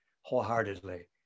wholeheartedly